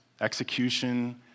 execution